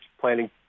planning